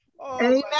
Amen